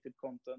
content